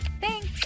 Thanks